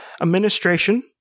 Administration